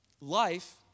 life